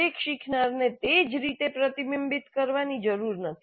દરેક શીખનારને તે જ રીતે પ્રતિબિંબિત કરવાની જરૂર નથી